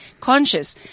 conscious